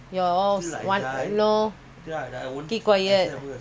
okay I have to treat all equally